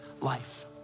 life